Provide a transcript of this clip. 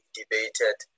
debated